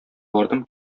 бардым